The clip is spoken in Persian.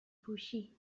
پوشی